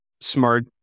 smart